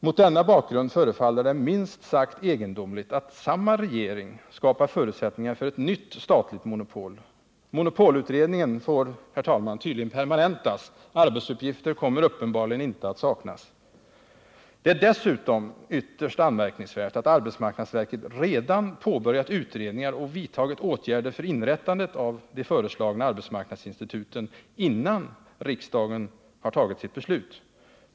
Mot denna bakgrund förefaller det minst sagt egendomligt att samma regering skapar förutsättningar för ett nytt statligt monopol. Monopolutredningen får tydligen permanentas. Arbetsuppgifter kommer uppenbarligen inte att saknas. Det är dessutom ytterst anmärkningsvärt att arbetsmarknadsverket redan påbörjat utredningar och vidtagit åtgärder för inrättandet av dessa arbetsmarknadsinstitut, innan riksdagen fattat sitt beslut.